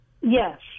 Yes